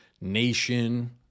nation